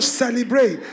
celebrate